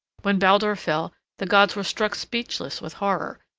when baldur fell, the gods were struck speechless with horror,